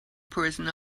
person